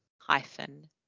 hyphen